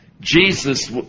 Jesus